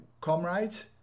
comrades